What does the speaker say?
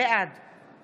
בעד